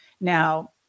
Now